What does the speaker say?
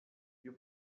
you